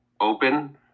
open